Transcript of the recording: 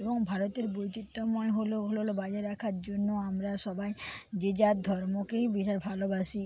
এবং ভারতের বৈচিত্র্যময় হলো ওগুলো হলো রাখার জন্য আমরা সবাই যে যার ধর্মকেই বিশাল ভালোবাসি